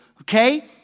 okay